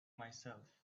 myself